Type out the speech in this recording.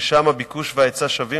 ששם הביקוש וההיצע שווים,